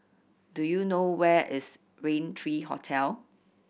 do you know where is Rain Three Hotel